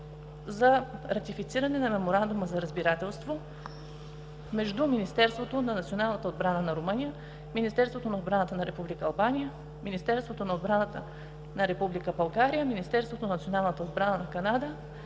за ратифициране на Меморандума за разбирателство между Министерството на националната отбрана на Румъния, Министерството на отбраната на Република Албания, Министерството на отбраната на Република България, Министерството на националната отбрана на Канада,